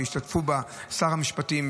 שהשתתפו בה שר המשפטים,